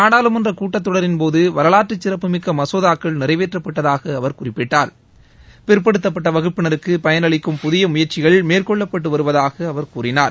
நாடாளுமன்ற கூட்டத்தொடரின்போது வரலாற்றுச் சிறப்பு மிக்க மசோதாக்கள் கடந்த நிறைவேற்றப்பட்டதாகவும் அவர் குறிப்பிட்டார் பிற்படுத்தப்பட்ட வகுப்பினருக்கு பயனளிக்கும் புதிய முயற்சிகள் மேற்கொள்ளப்பட்டு வருவதாக அவர் கூறினார்